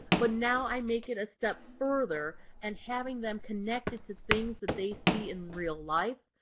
but now i make it a step further and having them connect it to things that they see in real life.